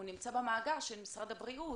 הוא נמצא במאגר של משרד הבריאות.